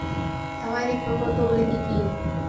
সামাজিক প্রকল্পগুলি কি কি?